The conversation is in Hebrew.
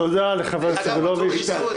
תודה לחבר הכנסת סגלוביץ'.